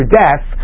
death